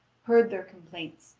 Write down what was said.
heard their complaints,